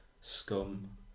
Scum